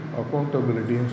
accountability